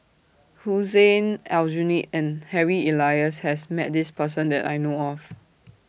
Hussein Aljunied and Harry Elias has Met This Person that I know of